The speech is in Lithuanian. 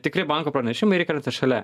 tikri banko pranešimai ir įkrenta šalia